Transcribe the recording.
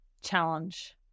challenge